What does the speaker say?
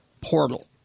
Portal